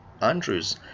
Andrews